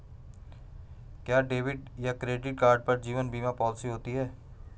क्या डेबिट या credit card पर जीवन बीमा पॉलिसी होती है?